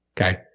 Okay